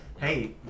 Hey